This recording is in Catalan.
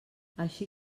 així